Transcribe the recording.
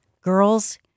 girls